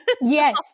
Yes